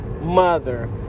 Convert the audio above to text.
mother